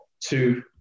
two